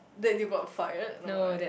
that you got fired no right